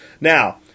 Now